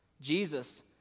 Jesus